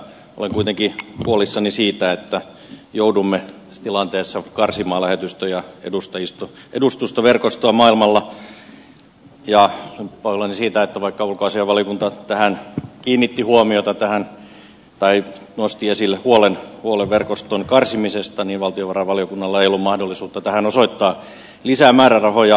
olen kuitenkin huolissani siitä että joudumme tässä tilanteessa karsimaan lähetystöjä edustustoverkostoa maailmalla ja olen pahoillani siitä että vaikka ulkoasiainvaliokunta kiinnitti huomiota tähän tai nosti esille huolen verkoston karsimisesta niin valtiovarainvaliokunnalla ei ollut mahdollisuutta tähän osoittaa lisää määrärahoja